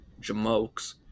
jamokes